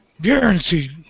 Guaranteed